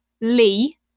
Lee